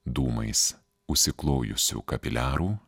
dūmais užsiklojusių kapiliarų